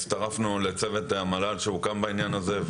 הצטרפנו לצוות המל"ל שהוקם בעניין הזה,